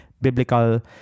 biblical